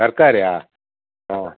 ತರಕಾರಿಯಾ ಹಾಂ